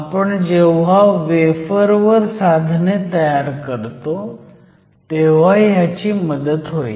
आपण जेव्हा वेफर वर साधने तयार करतो तेव्हा ह्याची मदत होईल